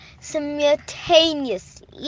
simultaneously